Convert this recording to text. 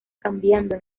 cambiando